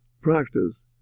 practice